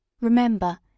Remember